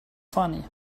funny